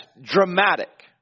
dramatic